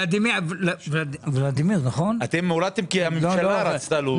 אתם הורדתם כי הממשלה רצתה להוריד.